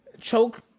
Choke